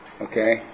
Okay